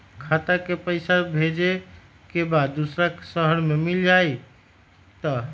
खाता के पईसा भेजेए के बा दुसर शहर में मिल जाए त?